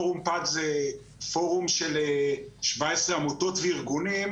פורום פת זה פורום של שבעה עשר עמותות וארגונים,